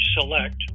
select